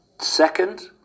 Second